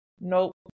Nope